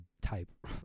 type